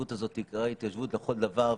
שההתיישבות הזאת תיקרא התיישבות לכל הדבר,